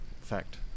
fact